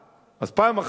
הוא חושב שהציבור שכח.